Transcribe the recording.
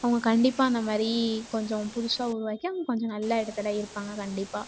அவங்க கண்டிப்பாக அந்த மாதிரி கொஞ்சம் புதுசா உருவாக்கி அவங்க கொஞ்சம் நல்ல இடத்துல இருப்பாங்க கண்டிப்பாக